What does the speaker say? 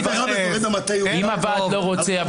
נניח שהוועד לא רוצה?